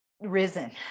risen